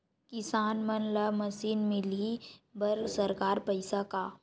किसान मन ला मशीन मिलही बर सरकार पईसा का?